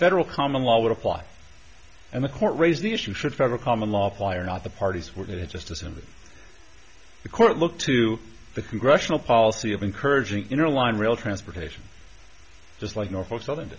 federal common law would apply and the court raised the issue should federal common law apply or not the parties were to just assume that the court look to the congressional policy of encouraging interline rail transportation just like your folk